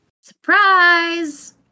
Surprise